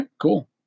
cool